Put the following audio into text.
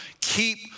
Keep